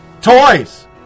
Toys